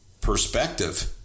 perspective